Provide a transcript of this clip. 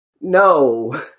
No